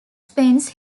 spends